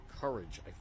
courage